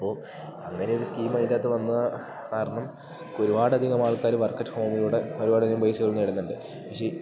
അപ്പോ അങ്ങനെയൊരു സ്കീം അയിൻ്റാത്ത് വന്ന കാരണം ഒരുപാടധികം ആൾക്കാര് വർക്കറ്റ് ഹോമിലൂടെ ഒരുപാടധികം പൈസകൾ നേടുന്നുണ്ട് പക്ഷേ